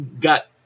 got